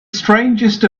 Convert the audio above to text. strangest